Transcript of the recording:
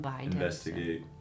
Investigate